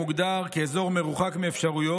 חבר הכנסת משה ארבל,